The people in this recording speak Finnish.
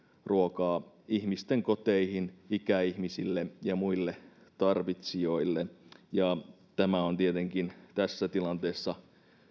ruokaa ihmisten koteihin ikäihmisille ja muille tarvitsijoille ja tämä on tietenkin tässä tilanteessa